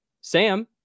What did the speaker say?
Sam